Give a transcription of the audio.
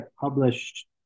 published